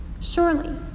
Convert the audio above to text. Surely